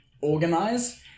organize